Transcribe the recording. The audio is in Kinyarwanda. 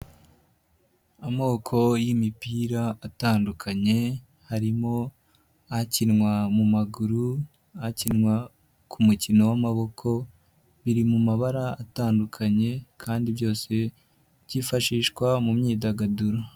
Amoko y'imipira atandukanye, harimo akinwa mu maguru, akinwa ku mukino w'amaboko, biri mu mabara atandukanye kandi byose byifashishwa mu myidagaduro.